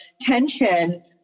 tension